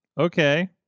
Okay